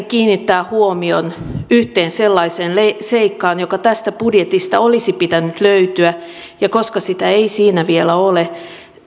kiinnittää huomion yhteen sellaiseen seikkaan joka tästä budjetista olisi pitänyt löytyä ja koska sitä ei siinä vielä ole